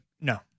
No